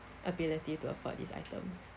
ability to afford these items